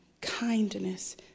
kindness